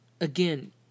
again